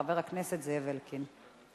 חבר הכנסת זאב אלקין.